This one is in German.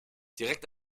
direkt